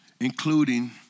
including